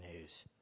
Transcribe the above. news